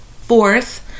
Fourth